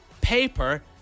paper